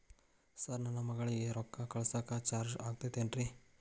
Sir ನನ್ನ ಮಗಳಗಿ ರೊಕ್ಕ ಕಳಿಸಾಕ್ ಚಾರ್ಜ್ ಆಗತೈತೇನ್ರಿ?